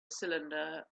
cylinder